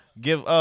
give